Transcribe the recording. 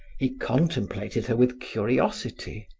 he contemplated her with curiosity.